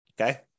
okay